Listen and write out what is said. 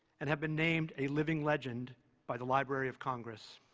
and have been named a living legend by the library of congress.